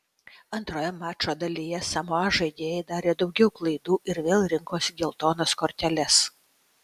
antroje mačo dalyje samoa žaidėjai darė daugiau klaidų ir vėl rinkosi geltonas korteles